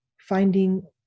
Finding